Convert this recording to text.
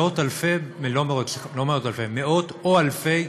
מאות אלפי, לא מאות אלפי, מאות או אלפי,